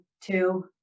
two